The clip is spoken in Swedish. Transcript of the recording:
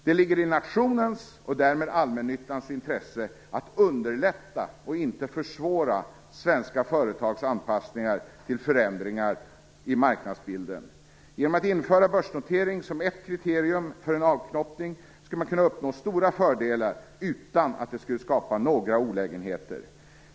Det ligger i nationens och därmed i allmännyttans intresse att underlätta och inte försvåra svenska företags anpassningar till förändringar i marknadsbilden. Genom att införa börsnotering som ett kriterium för en avknoppning skulle man uppnå stora fördelar utan att det skulle skapa några olägenheter.